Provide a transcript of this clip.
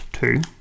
Two